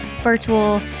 virtual